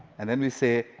and then we say,